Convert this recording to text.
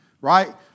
Right